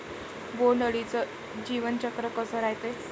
बोंड अळीचं जीवनचक्र कस रायते?